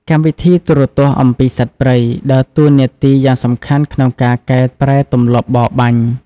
កម្មវិធីទូរទស្សន៍អំពីសត្វព្រៃ ដើរតួនាទីយ៉ាងសំខាន់ក្នុងការកែប្រែទម្លាប់បរបាញ់។